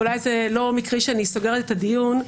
ואולי זה לא מקרי שאני סוגרת את הדיון,